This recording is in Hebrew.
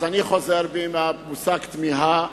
אז אני חוזר בי מהמושג "תמיהה",